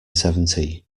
seventy